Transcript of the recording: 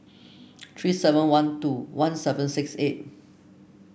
three seven one two one seven six eight